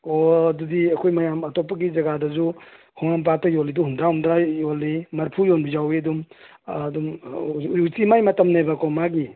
ꯑꯣ ꯑꯗꯨꯗꯤ ꯑꯩꯈꯣꯏ ꯃꯌꯥꯝ ꯑꯇꯣꯞꯄꯒꯤ ꯖꯥꯒꯗꯁꯨ ꯈꯣꯡꯍꯥꯝ ꯄꯥꯠꯇ ꯌꯣꯜꯂꯤꯗꯨ ꯍꯨꯝꯗ꯭ꯔꯥ ꯍꯨꯝꯗ꯭ꯔꯥ ꯌꯣꯜꯂꯤ ꯃꯔꯤꯐꯨ ꯌꯣꯟꯕꯁꯨ ꯌꯥꯎꯏ ꯑꯗꯨꯝ ꯑꯗꯨꯝ ꯍꯧꯖꯤꯛꯇꯤ ꯃꯥꯏ ꯃꯇꯝꯅꯦꯕꯀꯣ ꯃꯥꯒꯤ